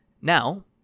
Now